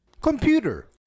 Computer